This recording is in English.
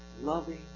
loving